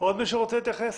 עוד מישהו רוצה להתייחס?